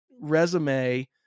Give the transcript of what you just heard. resume